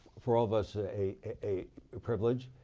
for all of us a privilege.